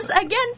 again